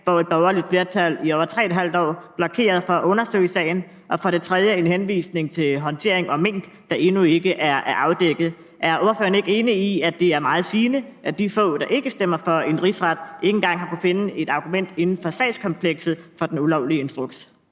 hvor et borgerligt flertal i over 3½ år blokerede for at undersøge sagen. Og for det tredje henviser man til håndteringen af minksagen, der endnu ikke er afdækket. Er ordføreren ikke enig i, at det er meget sigende, at de få, der ikke stemmer for en rigsret, ikke engang har kunnet finde et argument inden for sagskomplekset for den ulovlige instruks?